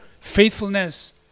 faithfulness